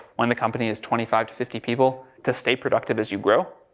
when the company is twenty five to fifty people, to stay productive as you grow